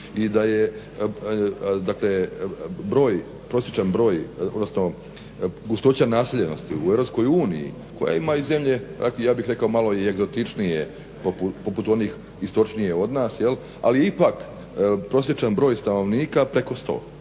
i da je prosječan broj odnosno gustoća naseljenosti u EU koja ima zemlje ja bih rekao malo egzotičnije poput onih istočnije od nas, ali ipak prosječan broj stanovnika preko 100,